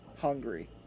hungry